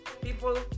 people